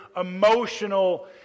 emotional